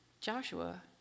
Joshua